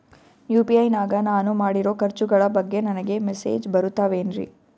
UPI ನಾಗ ನಾನು ಮಾಡಿರೋ ಖರ್ಚುಗಳ ಬಗ್ಗೆ ನನಗೆ ಮೆಸೇಜ್ ಬರುತ್ತಾವೇನ್ರಿ?